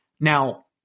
Now